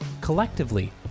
Collectively